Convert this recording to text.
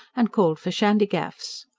and called for shandygaffs.